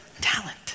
Talent